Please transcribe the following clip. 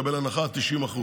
לקבל הנחה עד 90%,